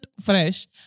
fresh